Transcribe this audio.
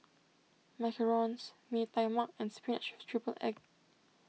Macarons Mee Tai Mak and Spinach with Triple Egg